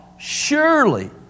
Surely